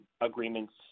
agreements